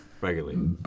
Regularly